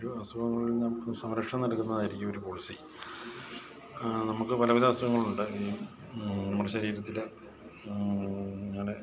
ഓരോ അസുഖങ്ങളിൽ നിന്ന് നമുക്ക് സംരക്ഷണം നൽകുന്നതായിരിക്കും ഒരു പോളിസി നമുക്ക് പലവിധ അസുഖങ്ങളുണ്ട് ഈ നമ്മുടെ ശരീരത്തിലെ അങ്ങനെ